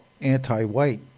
anti-white